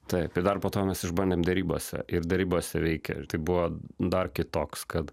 taip ir dar po to mes išbandėm derybose ir derybose veikė ir tai buvo dar kitoks kad